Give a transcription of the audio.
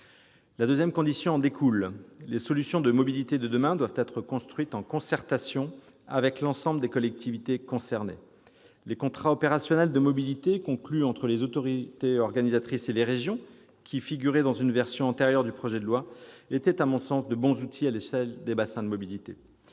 La seconde condition en découle : les solutions de mobilité de demain doivent être construites en concertation avec l'ensemble des collectivités concernées. Les contrats opérationnels de mobilité conclus entre les autorités organisatrices et les régions, qui figuraient dans une version antérieure du projet de loi, étaient à mon sens de bons outils à l'échelle des bassins de mobilité.